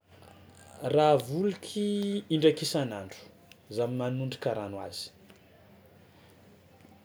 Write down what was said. Raha voliky indraiky isan'andro za manondraka rano azy.